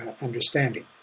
understanding